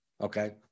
Okay